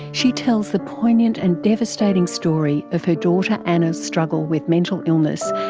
she tells the poignant and devastating story of her daughter anna's struggle with mental illness,